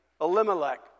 Elimelech